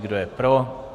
Kdo je pro?